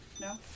No